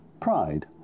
pride